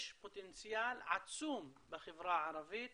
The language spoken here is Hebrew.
יש פוטנציאל עצום בחברה הערבית